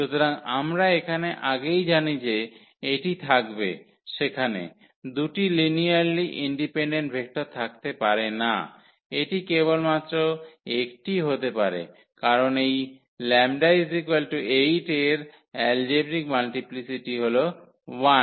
সুতরাং আমরা এখানে আগেই জানি যে এটি থাকবে সেখানে দুটি লিনিয়ারলি ইন্ডিপেন্ডেন্ট ভেক্টর থাকতে পারে না এটি কেবলমাত্র একটিই হতে পারে কারণ এই 𝜆 8 এর এলজেব্রিক মাল্টিপ্লিসিটি হল 1